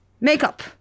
makeup